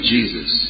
Jesus